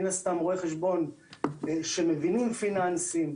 מין הסתם רואי חשבון שמבינים פיננסים,